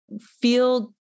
feel